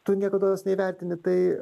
tu niekados neįvertini tai